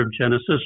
Genesis